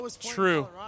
true